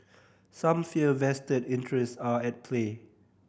some fear vested interest are at play